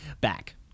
back